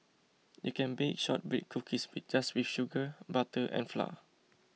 you can bake Shortbread Cookies just with sugar butter and flour